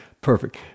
perfect